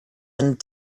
and